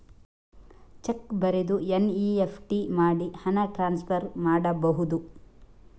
Check ಬರೆದು NEFT ಮಾಡಿ ಹಣ ಟ್ರಾನ್ಸ್ಫರ್ ಮಾಡಬಹುದು?